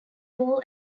ball